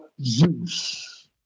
Zeus